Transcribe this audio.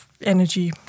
energy